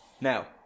Now